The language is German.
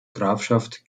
grafschaft